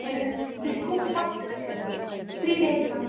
எனக்கு டிஸ்கவுண்ட்டாக three days ma'am